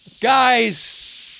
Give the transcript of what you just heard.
guys